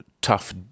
tough